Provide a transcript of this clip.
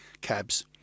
cabs